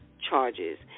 charges